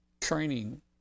training